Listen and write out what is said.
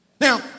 Now